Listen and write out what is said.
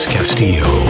Castillo